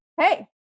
Hey